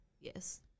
Yes